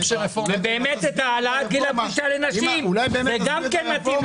והעלאת גיל הפרישה לנשים, זה גם כן מתאים לתקציב.